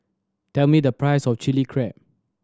tell me the price of Chili Crab